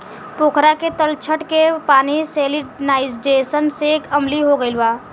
पोखरा के तलछट के पानी सैलिनाइज़ेशन से अम्लीय हो गईल बा